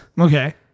Okay